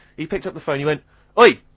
he picked up the phone he went oi, ah,